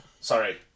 Sorry